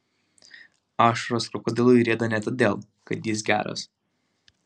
ašaros krokodilui rieda ne todėl kad jis geras